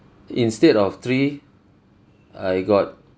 instead of three I got